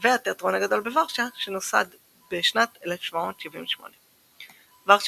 וה"תיאטרון הגדול" בוורשה שנוסד בשנת 1778. ורשה